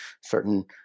certain